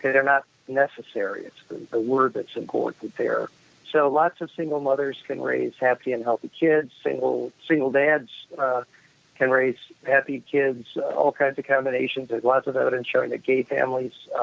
they're not necessary. it's the word that's important there. so lots of single mothers can raise happy and healthy kids. single single dads can raise happy kids, all kinds of combinations. there's lots of evidence showing that gay families